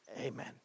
amen